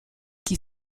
qui